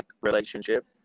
relationship